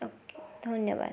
okay ଧନ୍ୟବାଦ